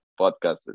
podcast